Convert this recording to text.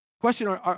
Question